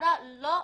המשטרה לא רוצה.